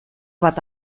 bat